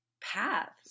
paths